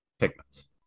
pigments